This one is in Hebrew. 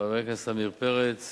חבר הכנסת עמיר פרץ